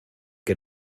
que